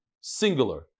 Singular